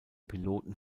piloten